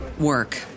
work